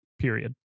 period